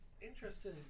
interesting